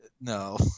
No